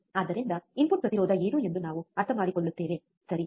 ಆದ್ದರಿಂದ ಇನ್ಪುಟ್ ಪ್ರತಿರೋಧ ಏನು ಎಂದು ನಾವು ಅರ್ಥಮಾಡಿಕೊಳ್ಳುತ್ತೇವೆ ಸರಿ